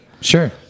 sure